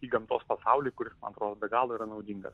į gamtos pasaulį kuris man atrodo yra be galo naudingas